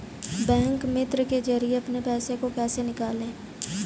Bank मित्र के जरिए अपने पैसे को कैसे निकालें?